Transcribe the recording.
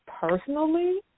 personally